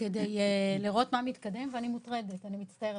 כדי לראות מה מתקדם, ואני מוטרדת, אני מצטערת.